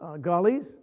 gullies